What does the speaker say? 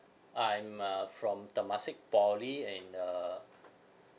I'm uh from temasek poly in the